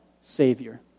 Savior